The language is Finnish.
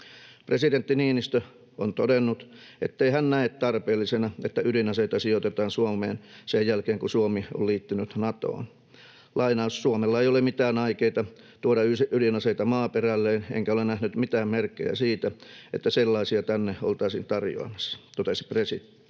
Presidentti Niinistö on todennut, ettei hän näe tarpeellisena, että ydinaseita sijoitetaan Suomeen sen jälkeen, kun Suomi on liittynyt Natoon. ”Suomella ei ole mitään aikeita tuoda ydinaseita maaperälleen, enkä ole nähnyt mitään merkkejä siitä, että sellaisia tänne oltaisiin tarjoamassa”, totesi presidentti.